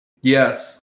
Yes